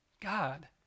God